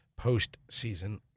postseason